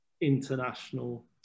international